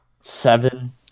Seven